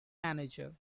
manager